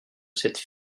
cette